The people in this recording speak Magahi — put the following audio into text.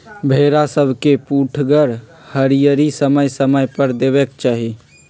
भेड़ा सभके पुठगर हरियरी समय समय पर देबेके चाहि